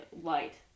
light